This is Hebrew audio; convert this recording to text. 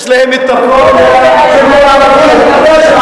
יש להם הכול, רוחי, בארה,